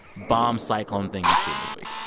bomb cyclone thing you've seen this week?